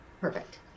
perfect